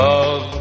Love